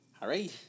Hurry